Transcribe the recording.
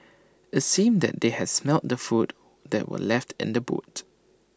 IT seemed that they had smelt the food that were left in the boot